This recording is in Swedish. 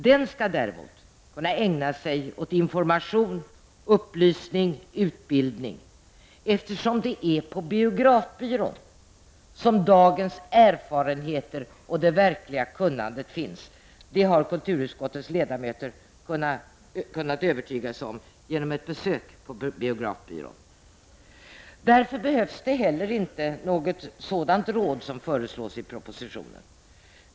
Den skall ägna sig åt information, upplysning och utbildning, eftersom det är på biografbyrån som dagens erfarenheter och det verkliga kunnandet finns. Det har kulturutskottets ledamöter kunnat övertyga sig om genom ett besök på biografbyrån. Därför behövs det inte heller något råd som föreslås i propositionen.